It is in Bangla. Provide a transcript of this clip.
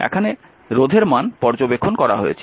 এখানে রোধের মান পর্যবেক্ষণ করা হয়েছে